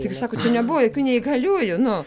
taigi sako čia nebuvo jokių neįgaliųjų nu